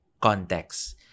context